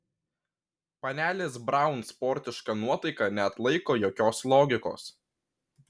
panelės braun sportiška nuotaika neatlaiko jokios logikos